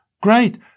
great